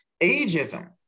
ageism